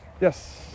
Yes